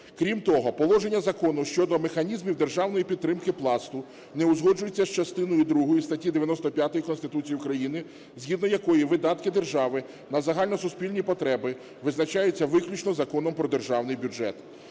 Крім того, положення закону щодо механізмів державної підтримки Пласту не узгоджується з частиною другою статті 95 Конституції України, згідно з якої видатки держави на загальносуспільні потреби визначаються виключно Законом про Державний бюджет,